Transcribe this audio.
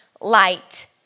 light